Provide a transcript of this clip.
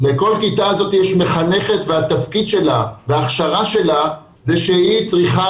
בכל כיתה כזאת יש מחנכת והתפקיד שלה וההכשרה שלה זה שהיא צריכה